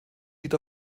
lied